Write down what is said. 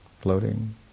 floating